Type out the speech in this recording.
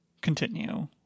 continue